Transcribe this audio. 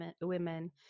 women